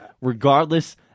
regardless